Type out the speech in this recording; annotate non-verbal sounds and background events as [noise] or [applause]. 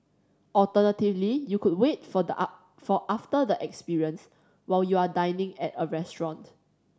alternatively you could wait for [unintelligible] for after the experience while you are dining at a restaurant